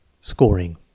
Scoring